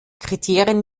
kriterien